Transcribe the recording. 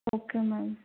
okay ma'am